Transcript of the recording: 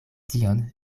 tion